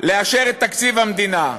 לאשר את תקציב המדינה.